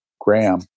Graham